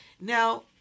Now